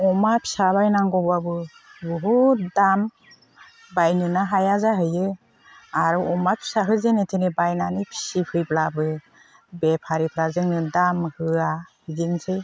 अमा फिसा बायनांगौबाबो बहुद दाम बायनोनो हाया जाहैयो आरो अमा फिसाखौ जेने थेने बायनानै फिसिफैब्लाबो बेफारिफ्रा जोंनो दाम होआ बिदिनोसै